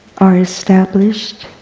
are established